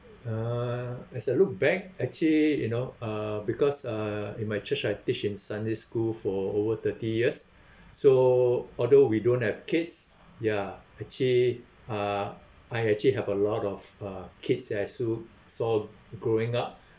uh as I look back actually you know uh because uh in my church I teach in sunday school for over thirty years so although we don't have kids ya actually uh I actually have a lot of uh kids that I sew saw growing up